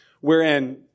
wherein